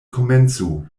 komencu